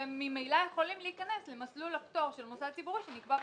והם ממילא יכולים להיכנס למסלול הפטור של מוסד ציבורי שנקבע בתקנות.